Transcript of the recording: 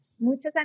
muchas